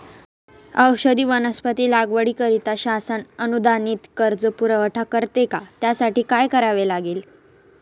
औषधी वनस्पती लागवडीकरिता शासन अनुदानित कर्ज पुरवठा करते का? त्यासाठी काय करावे लागेल?